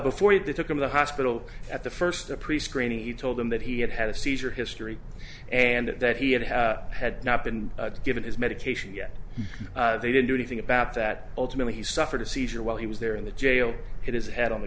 before they took him to the hospital at the first a prescreening he told them that he had had a seizure history and that he had had not been given his medication yet they didn't do anything about that ultimately he suffered a seizure while he was there in the jail hit his head on the